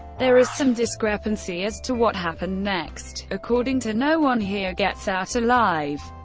there is some discrepancy as to what happened next according to no one here gets out alive,